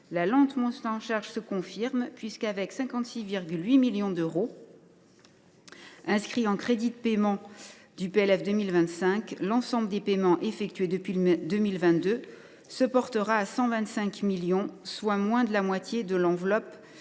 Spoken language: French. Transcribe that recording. de sa montée en charge se confirme, puisque, avec 56,8 millions d’euros inscrits en crédits de paiement au PLF pour 2025, l’ensemble des paiements effectués depuis 2022 atteindra 125 millions d’euros, soit moins de la moitié de l’enveloppe